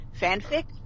fanfic